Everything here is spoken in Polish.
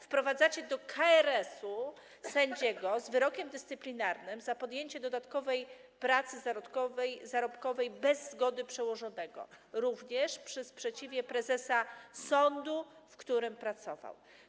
Wprowadzacie do KRS-u sędziego z wyrokiem dyscyplinarnym za podjęcie dodatkowej pracy zarobkowej bez zgody przełożonego, również przy sprzeciwie prezesa sądu, w którym pracował.